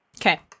Okay